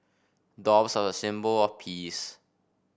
doves are a symbol of peace